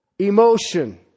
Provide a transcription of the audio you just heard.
Emotion